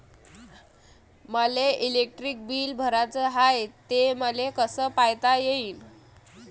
मले electric bill भराचं हाय, ते मले कस पायता येईन?